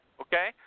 okay